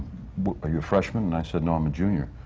but are you a freshman? and i said, no, i'm a junior.